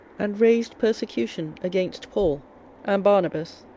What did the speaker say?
and raised persecution against paul and barnabas,